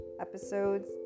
Episodes